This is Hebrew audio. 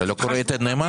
אתה לא קורא 'יתד נאמן'?